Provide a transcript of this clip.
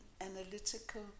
analytical